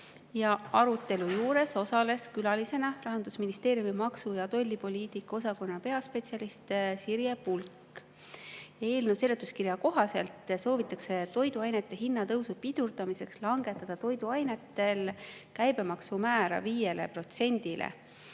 Arutelu juures osales külalisena Rahandusministeeriumi maksu- ja tollipoliitika osakonna peaspetsialist Sirje Pulk. Eelnõu seletuskirja kohaselt soovitakse toiduainete hinna tõusu pidurdamiseks langetada toiduainete käibemaksu määra 5%-le.